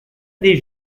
des